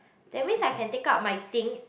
that means I can take out my thing